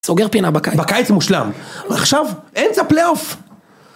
סוגר פינה בקיץ, בקיץ הוא מושלם, אבל עכשיו אמצע פלי אוף.